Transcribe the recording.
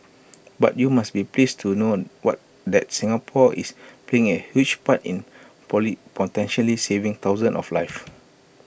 but you must be pleased to know what that Singapore is playing A huge part in poly potentially saving thousands of lives